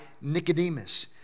Nicodemus